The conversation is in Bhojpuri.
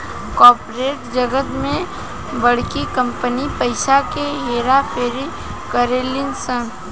कॉर्पोरेट जगत में बड़की कंपनी पइसा के हेर फेर करेली सन